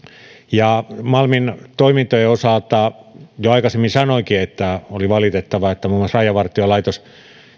malmin toimintojen osalta jo aikaisemmin sanoinkin että oli valitettavaa että muun muassa rajavartiolaitos